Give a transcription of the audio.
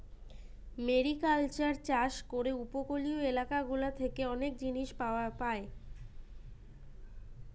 mariculture চাষ করে উপকূলীয় এলাকা গুলা থেকে অনেক জিনিস পায়